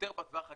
יותר בטווח הקצר,